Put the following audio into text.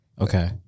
Okay